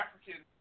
African